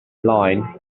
line